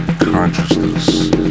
consciousness